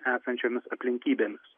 esančiomis aplinkybėmis